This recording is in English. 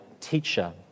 teacher